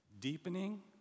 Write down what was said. deepening